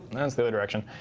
that's the other direction.